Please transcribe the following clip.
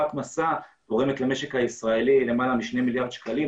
רק מסע גורמת למשק הישראלי למעלה משני מיליארד שקלים.